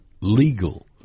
legal